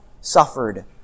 suffered